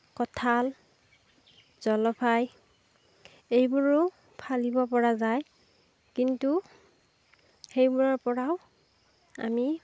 কঠাল জলফাই এইবোৰো ফালিব পৰা যায় কিন্তু সেইবোৰৰ পৰাও আমি